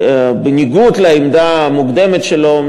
בניגוד לעמדה המוקדמת שלו,